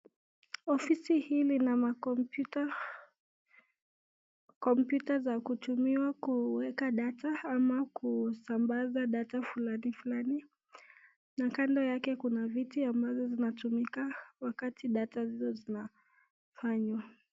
Ofisi hii lina makompyuta, kompyuta za kutumiwa kuweka data ama kusambaza data fulani fulani na kando yake kuna viti ambazo zinatumika wakati data hizo zinafanywa.